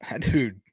Dude